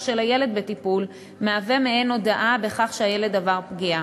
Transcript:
של הילד בטיפול הם מעין הודאה בכך שהילד עבר פגיעה.